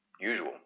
usual